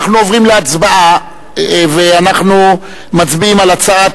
אנחנו עוברים להצבעה, ואנחנו מצביעים על הצעה